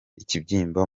ikibyimba